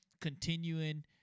continuing